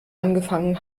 angefangen